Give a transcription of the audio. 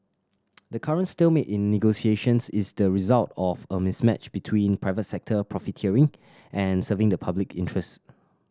the current stalemate in negotiations is the result of a mismatch between private sector profiteering and serving the public interest